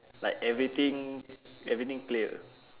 like everything everything clear